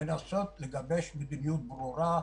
בואו ננסה לגבש מדיניות ברורה,